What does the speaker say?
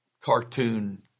cartoon